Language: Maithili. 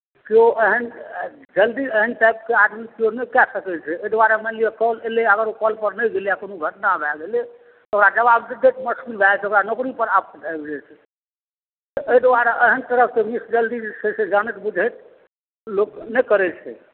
किओ जल्दी एहन टाइपके आदमी नहि कए सकैत छै एहि दुआरे मानि लिअ कॉल एलै अगर ओ कॉलपर नहि गेलै आ कोनो घटना भए गेलै तऽ ओकरा जवाब दैत दैत मुश्किल भए जेतै ओकरा नौकरीपर आफत आबि जेतै तऽ ओहि दुआरे एहेन तरहसँ मिस जल्दी जे छै से जानैत बुझैत लोक नहि करैत छै